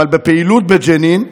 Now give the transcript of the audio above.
בפעילות בג'נין.